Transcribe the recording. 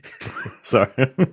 Sorry